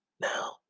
now